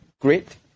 great